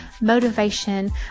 motivation